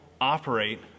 operate